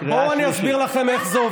למה, ככה.